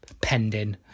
pending